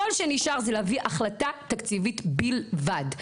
כל שנשאר זה להביא החלטה תקציבית בלבד,